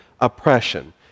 oppression